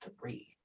three